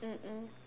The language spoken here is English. mm mm